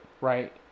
right